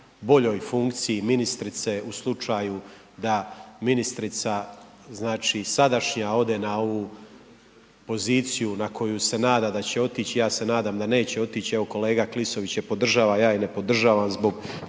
boljoj funkciji ministrice u slučaju da ministrica, znači, sadašnja ode na ovu poziciju na koju se nada da će otić, ja se nadam da neće otić, evo kolega Klisović je podržava, ja je ne podržavam zbog